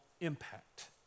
impact